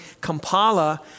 Kampala